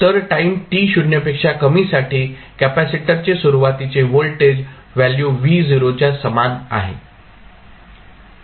तर time t 0 पेक्षा कमीसाठी कॅपेसिटरचे सुरुवातीचे व्होल्टेज व्हॅल्यू Vo च्या समान आहे